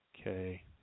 Okay